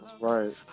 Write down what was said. Right